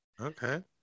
Okay